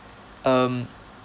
um